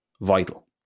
vital